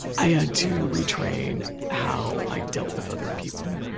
i had to retrain how i dealt with other people.